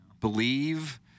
believe